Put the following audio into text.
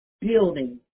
Building